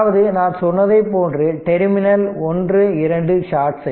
அதாவது நான் சொன்னதைப் போன்று டெர்மினல் 1 2 ஷாட்